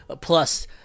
Plus